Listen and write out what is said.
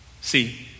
See